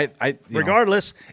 Regardless